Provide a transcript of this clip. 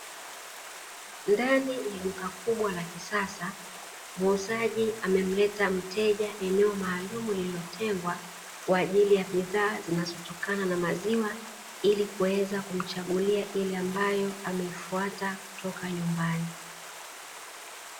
Ndani ya duka kubwa la kisasa, muuzaji amemleta mteja eneo maalumu lililotengwa kwa ajili ya bidhaa zinazotokana na maziwa, ili kuweza kumchagulia ile ambayo ameifuata kutoka nyumbani.